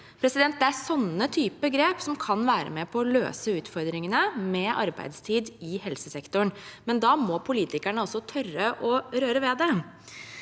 Det er sånne grep som kan være med på å løse utfordringene med arbeidstid i helsesektoren, men da må politikerne også tørre å røre ved det.